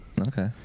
Okay